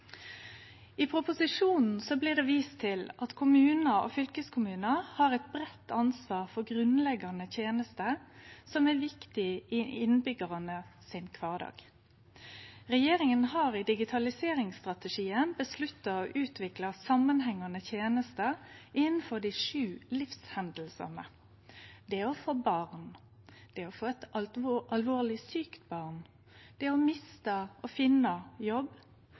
I proposisjonen blir det vist til at kommunar og fylkeskommunar har eit breitt ansvar for grunnleggjande tenester som er viktige i kvardagen til innbyggjarane. Regjeringa har i digitaliseringsstrategien fastsett å utvikle samanhengande tenester innanfor desse sju livshendingane: det å få barn, det å få eit alvorleg sjukt barn, det å miste og finne jobb, det å vere ny i Noreg, dødsfall og arv, å